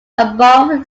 above